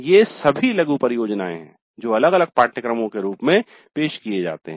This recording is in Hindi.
ये सभी लघु परियोजनाए हैं जो अलग अलग पाठ्यक्रमों के रूप में पेश किए जाते हैं